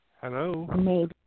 Hello